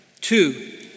Two